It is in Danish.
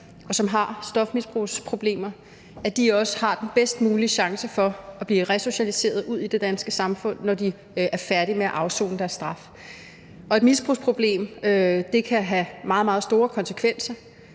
og som har stofmisbrugsproblemer, også har den bedst mulige chance for at blive resocialiseret ud i det danske samfund, når de er færdige med at afsone deres straf. Et misbrugsproblem kan have meget, meget store konsekvenser,